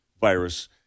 virus